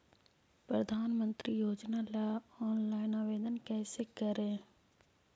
प्रधानमंत्री योजना ला ऑनलाइन आवेदन कैसे करे?